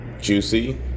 Juicy